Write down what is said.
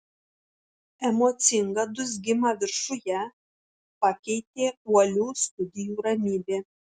emocingą dūzgimą viršuje pakeitė uolių studijų ramybė